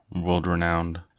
world-renowned